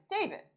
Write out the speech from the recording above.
David